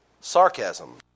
sarcasm